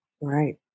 Right